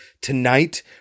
Tonight